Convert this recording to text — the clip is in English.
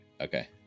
okay